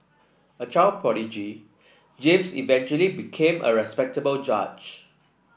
a child prodigy James eventually became a respectable judge